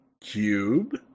Cube